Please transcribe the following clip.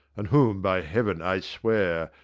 and whom, by heaven i swear,